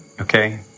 okay